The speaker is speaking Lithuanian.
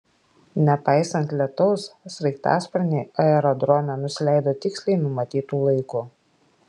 nepaisant lietaus sraigtasparniai aerodrome nusileido tiksliai numatytu laiku